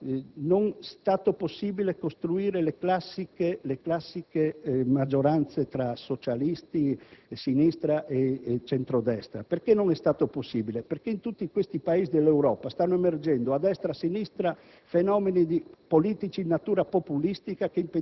Austria e Olanda) non è stato possibile costruire le classiche maggioranze tra socialisti, sinistra e centro‑destra. Ciò non è stato possibile perché in tutti questi Paesi dell'Europa stanno emergendo a destra e a sinistra fenomeni